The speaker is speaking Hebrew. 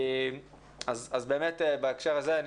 אז באמת בהקשר הזה,